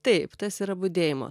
taip tas yra budėjimo